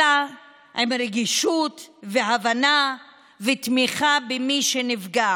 אלא עם רגישות והבנה ותמיכה במי שנפגע.